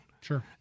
Sure